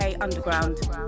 underground